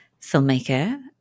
filmmaker